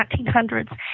1900s